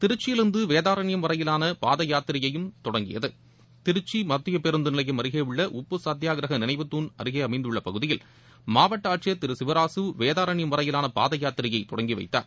திருச்சியிலிருந்து வேதாரண்யம் வரையிலாள பாத யாத்திரையும் தொடங்கியது திருச்சி மத்திய பேருந்துநிலையம் அருகே உள்ள உப்பு சத்தியாகிரக நினைவுதுண் அமைந்துள்ள பகுதியில் மாவட்ட ஆட்சியர் திரு சிவராசு வேதாரண்யம் வரையிலான பாத யாத்திரையை தொடங்கி வைத்தார்